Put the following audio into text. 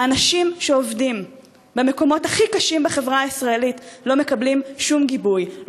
האנשים שעובדים במקומות הכי קשים בחברה הישראלית לא מקבלים שום גיבוי,